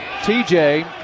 TJ